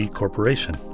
corporation